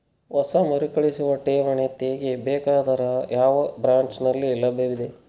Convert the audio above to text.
ಹೊಸ ಮರುಕಳಿಸುವ ಠೇವಣಿ ತೇಗಿ ಬೇಕಾದರ ಯಾವ ಬ್ರಾಂಚ್ ನಲ್ಲಿ ಲಭ್ಯವಿದೆ?